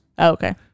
okay